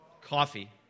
coffee